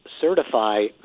certify